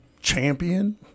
champion